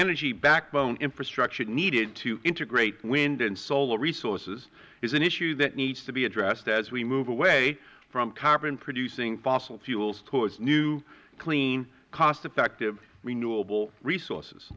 energy backbone infrastructure needed to integrate wind and solar resources is an issue that needs to be addressed as we move away from carbon producing fossil fuels towards new clean cost effective renewable resources